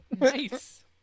Nice